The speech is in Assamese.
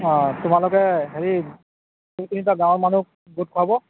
অ তোমালোকে হেৰি দুই তিনিটা গাঁৱৰ মানুহ গোট খোৱাব